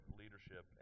leadership